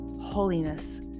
holiness